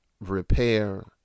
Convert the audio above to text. repair